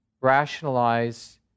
rationalize